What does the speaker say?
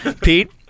Pete